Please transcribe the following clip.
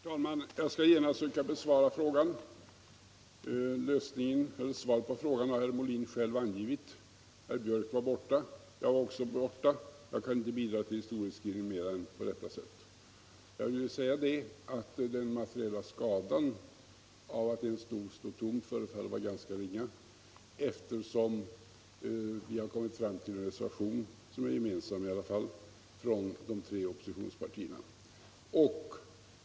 Herr talman! Jag skall genast söka besvara frågan. Svaret på frågan har herr Molin själv angivit. Herr Björck i Nässjö var borta. Jag var också borta. Jag kan inte bidra till historieskrivningen mer än så. Jag vill även säga att den materiella skadan av att en stol stått tom förefaller vara ganska ringa, eftersom vi har kommit fram till en reservation som är gemensam för de tre oppositionspartierna.